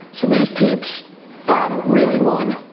so these peeps um really won